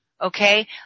Okay